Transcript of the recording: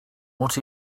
what